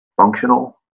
functional